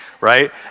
right